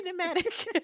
cinematic